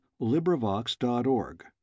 LibriVox.org